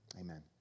Amen